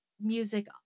music